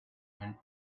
and